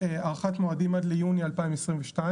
הארכת מועדים עד ליוני 2022,